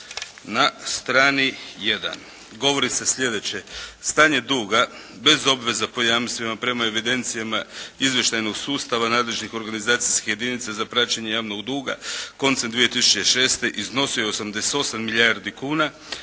Na strani 1. govori se sljedeće: